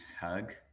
Hug